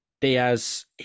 diaz